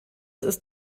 ist